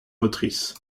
motrice